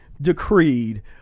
decreed